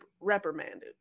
reprimanded